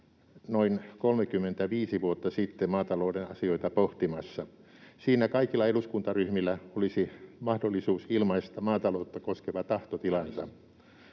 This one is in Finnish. noin 35 vuotta sitten maatalouden asioita pohtimassa. Siinä kaikilla eduskuntaryhmillä olisi mahdollisuus ilmaista maataloutta koskeva tahtotilansa.